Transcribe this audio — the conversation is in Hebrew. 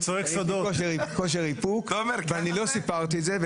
כושר איפוק, ואני לא סיפרתי את זה.